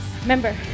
Remember